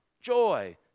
joy